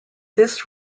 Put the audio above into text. this